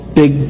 big